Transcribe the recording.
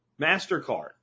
MasterCard